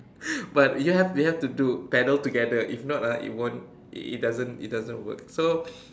but we have we have to do paddle together if not ah it won't it doesn't it doesn't work so